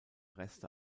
reste